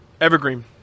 Evergreen